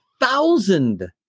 thousand